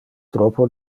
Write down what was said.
troppo